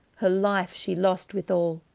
her life she lost withalle.